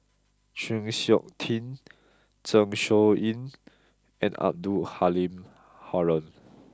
Chng Seok Tin Zeng Shouyin and Abdul Halim Haron